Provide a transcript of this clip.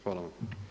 Hvala vam.